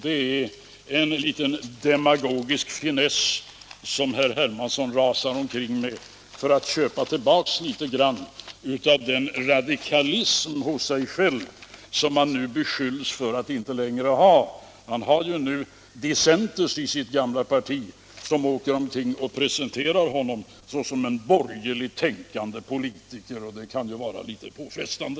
Det är en liten demagogisk finess som herr Hermansson rasar omkring med för att köpa tillbaka litet grand av den radikalism hos sig själv som han beskylls för att inte längre ha. Han har ju utbrytare i sitt gamla parti som åker runt och presenterar honom såsom en borgerligt tänkande politiker, och det kan ju vara litet påfrestande.